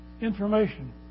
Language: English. Information